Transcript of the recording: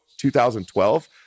2012